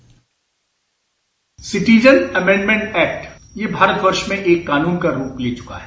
bite Citizen Amendment Act यह भारत वर्ष में एक कानून का रूप ले चुका है